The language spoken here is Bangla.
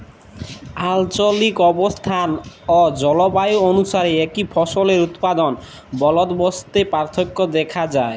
আলচলিক অবস্থাল অ জলবায়ু অলুসারে একই ফসলের উৎপাদল বলদবস্তে পার্থক্য দ্যাখা যায়